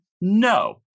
No